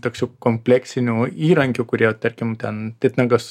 toks jau kompleksinių įrankių kurie tarkim ten titnagas